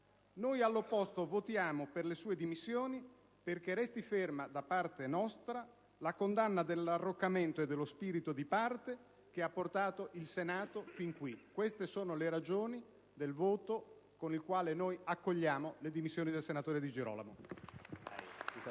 noi, all'opposto, votiamo per le sue dimissioni perché resti ferma da parte nostra la condanna dell'arroccamento e dello spirito di parte, che ha portato il Senato fin qui. Queste sono le ragioni del voto con il quale accogliamo le dimissioni del senatore Di Girolamo.